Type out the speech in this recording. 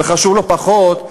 וחשוב לא פחות,